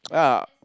yeah